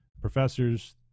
professors